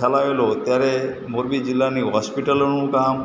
ફેલાયેલો ત્યારે મોરબી જિલ્લાની હોસ્પિટલોનું કામ